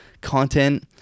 Content